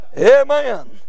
Amen